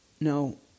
No